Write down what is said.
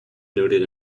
noted